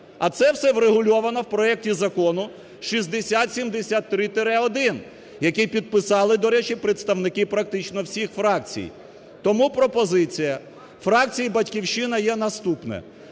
А це все врегульовано в проекті Закону 6073-1, який підписали, до речі, представники практично всіх фракцій. Тому пропозиція фракції "Батьківщина" є наступна.